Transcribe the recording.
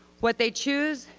what they choose